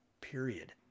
Period